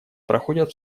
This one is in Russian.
проходят